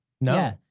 No